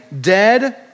dead